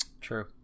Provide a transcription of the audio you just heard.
True